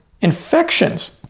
infections